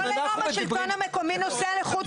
השלטון המקומי נוסע לחוץ לארץ.